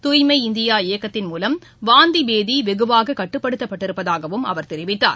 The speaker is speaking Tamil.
தூய்மை இந்தியா இயக்கத்தின் மூலம் வாந்தி பேதிவெகுவாககட்டுப்படுத்தப்பட்டிருப்பதாகவும் அவர் தெரிவித்தார்